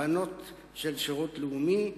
בנות של שירות לאומי,